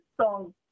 song